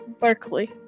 Berkeley